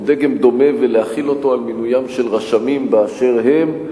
דגם דומה ולהחיל אותו על מינויים של רשמים באשר הם.